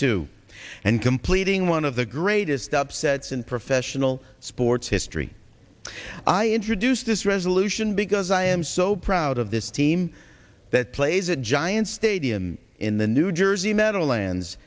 two and completing one of the greatest upsets in professional sports history i introduced this lucian because i am so proud of this team that plays at giants stadium in the new jersey meadowlands